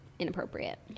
inappropriate